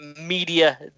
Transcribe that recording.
media